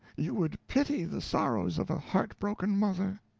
you would pity the sorrows of a heartbroken mother.